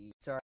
Sorry